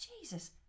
Jesus